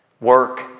work